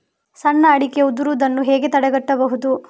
ಸಣ್ಣ ಅಡಿಕೆ ಉದುರುದನ್ನು ಹೇಗೆ ತಡೆಗಟ್ಟಬಹುದು?